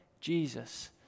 Jesus